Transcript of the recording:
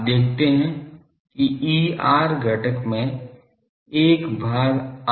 आप देखते हैं कि Er घटक में 1 भाग r पद नहीं है